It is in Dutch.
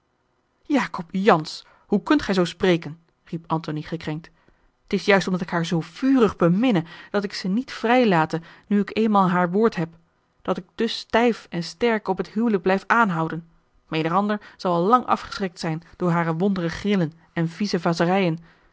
jacob jansz hoe kunt gij zoo spreken riep antony gekrenkt t is juist omdat ik haar zoo vurig beminne dat ik ze niet vrijlate nu ik eenmaal haar woord heb dat ik dus stijf en sterk op het hijlik blijf aanhouden menig ander zou al lang afgeschrikt zijn door hare wondere grillen en viesevaserijen